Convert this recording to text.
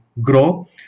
grow